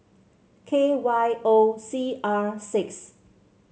K Y O C R six